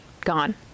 gone